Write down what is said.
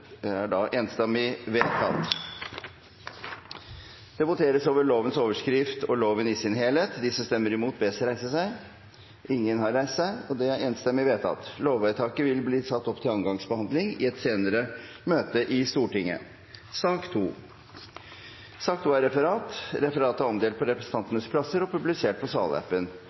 Det voteres over lovens overskrift og loven i sin helhet. Lovvedtaket vil bli satt opp til andre gangs behandling i et senere møte i Stortinget. Dermed er dagens kart ferdig behandlet. Forlanger noen ordet før møtet heves? – Møtet er